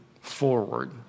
forward